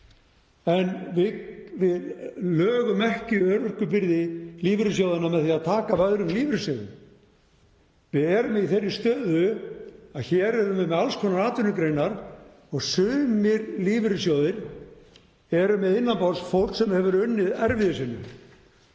En við lögum ekki örorkubyrði lífeyrissjóðanna með því að taka af öðrum lífeyrisþegum. Við erum í þeirri stöðu að hér erum við með alls konar atvinnugreinar og sumir lífeyrissjóðir eru með fólk innan borðs sem hefur unnið erfiðisvinnu.